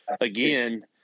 again